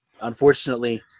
unfortunately